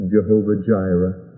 Jehovah-Jireh